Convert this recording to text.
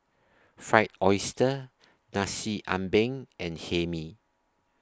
Fried Oyster Nasi Ambeng and Hae Mee